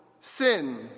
sin